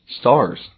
stars